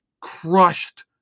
crushed